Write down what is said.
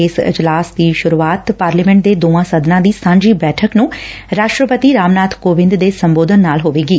ਇਸ ਇਜਲਾਸ ਦੀ ਸੁਰੂਆਤ ਪਾਰਲੀਮੇ'ਟ ਦੇ ਦੋਵਾਂ ਸਦਨਾਂ ਦੀ ਸਾਂਝੀ ਬੈਠਕ ਨੂੰ ਰਾਸ਼ਟਰਪਤੀ ਰਾਮ ਨਾਥ ਕੋਵਿੰਦ ਦੇ ਸੰਬੋਧਨ ਨਾਲ ਹੋਵੇਗੀ